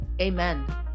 Amen